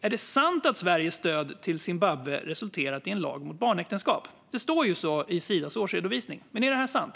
Är det sant att Sveriges stöd till Zimbabwe resulterat i en lag mot barnäktenskap? Det står ju så i Sidas årsredovisning, men är detta sant?